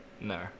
No